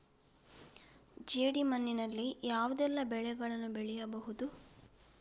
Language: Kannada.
ಜೇಡಿ ಮಣ್ಣಿನಲ್ಲಿ ಯಾವುದೆಲ್ಲ ಬೆಳೆಗಳನ್ನು ಬೆಳೆಯಬಹುದು?